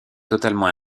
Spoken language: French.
totalement